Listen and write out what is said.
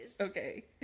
Okay